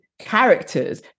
characters